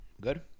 Good